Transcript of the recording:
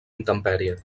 intempèrie